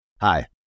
Hi